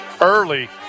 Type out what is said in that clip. early